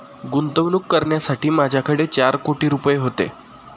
गुंतवणूक करण्यासाठी माझ्याकडे चार कोटी रुपये होते